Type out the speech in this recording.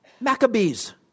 Maccabees